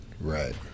Right